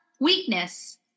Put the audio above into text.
weakness